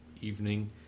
evening